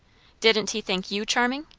didn't he think you charming?